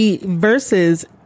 versus